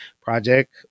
project